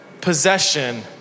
possession